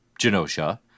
Genosha